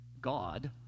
God